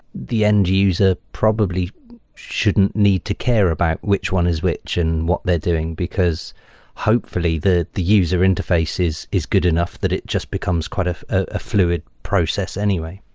the end-user probably shouldn't need to care about which one is which and what they're doing, because hopefully the the user-interface is is good enough that it just becomes quite a ah fluid process anyway.